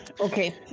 Okay